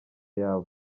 yawe